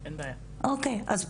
אין בעיה.